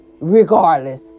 regardless